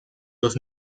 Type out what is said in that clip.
los